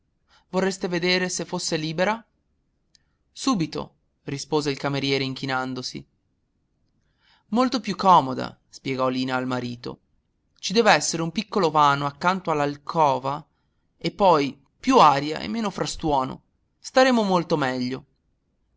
vorreste vedere se fosse libera subito rispose il cameriere inchinandosi molto più comoda spiegò lina al marito ci dev'essere un piccolo vano accanto all'alcova e poi più aria e meno frastuono staremmo molto meglio